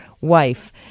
wife